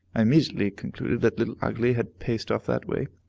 i immediately concluded that little ugly had paced off that way,